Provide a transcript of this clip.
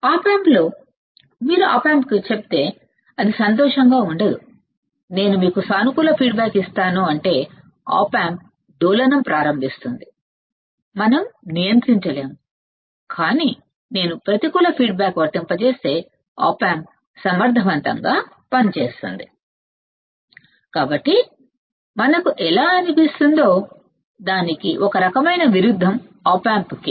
కానీ Op amp లో నేను మీకు సానుకూల ఫీడ్బ్యాక్ ఇస్తాను అని మీరు ఒకవేళ op amp కి చెబితే అది సంతోషంగా ఉండదు అంటే op amp ఆసిలేట్ అవ్వడం ప్రారంభిస్తుంది మనం నియంత్రించలేము కాని నేను ప్రతికూల ఫీడ్బ్యాక్ వర్తింపజేస్తే op amp సమర్ధవంతంగా పనిచేస్తుంది కాబట్టి మనకు ఎలా అనిపిస్తుందో దానికి ఒక రకమైన విరుద్ధంగా ఉంటుది ఆప్ ఆంప్ కి